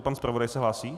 Pan zpravodaj se hlásí?